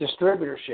distributorship